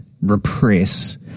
repress